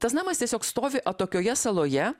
tas namas tiesiog stovi atokioje saloje